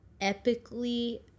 epically